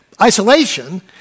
isolation